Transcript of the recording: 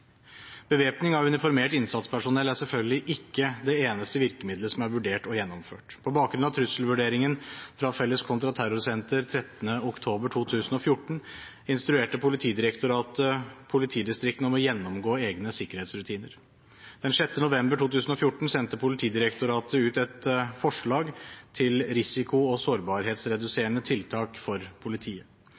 Bevæpning av uniformert innsatspersonell er selvfølgelig ikke det eneste virkemiddelet som er vurdert og gjennomført. På bakgrunn av trusselvurderingen fra Felles kontraterrorsenter av 31. oktober 2014 instruerte Politidirektoratet politidistriktene om å gjennomgå egne sikkerhetsrutiner. Den 6. november 2014 sendte Politidirektoratet ut et forslag til risiko- og sårbarhetsreduserende tiltak for politiet.